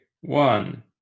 one